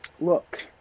look